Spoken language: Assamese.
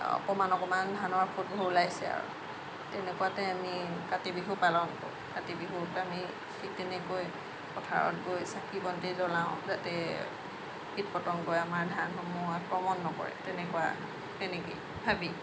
অকমান অকমান ধানৰ ফোটবোৰ ওলাইছে আৰু তেনেকুৱাতে আমি কাতি বিহু পালন কৰোঁ কাতি বিহুত আমি ঠিক তেনেকৈ পথাৰত গৈ চাকি বন্তি জলাওঁ যাতে কীট পতংগই আমাৰ ধানসমূহ আক্ৰমণ নকৰে তেনেকুৱা তেনেকেই ভাবি